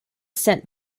sent